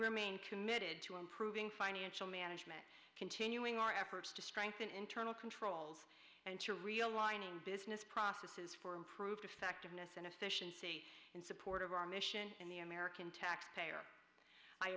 remain committed to improving financial management continuing our efforts to strengthen internal and to realign business processes for improved effectiveness and efficiency in support of our mission in the american taxpayer i